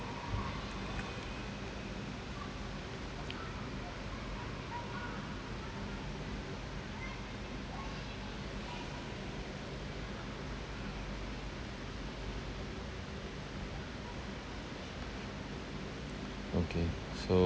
okay so~